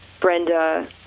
Brenda